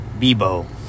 Bebo